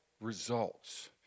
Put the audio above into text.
results